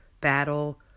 battle